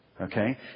Okay